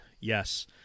Yes